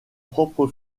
propre